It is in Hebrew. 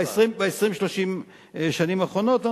ב-20 30 השנים האחרונות.